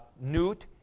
Newt